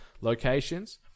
locations